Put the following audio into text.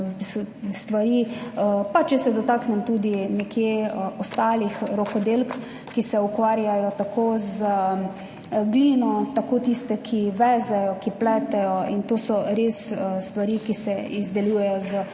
pa če se dotaknem tudi nekje ostalih rokodelk, ki se ukvarjajo tako z glino, tako tiste, ki vezejo, ki pletejo in to so res stvari, ki se izdelujejo s posamezno